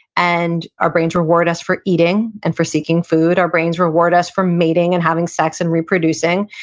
and our brains reward us for eating and for seeking food, our brains reward us for mating and having sex and reproducing.